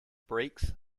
breaks